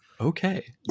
okay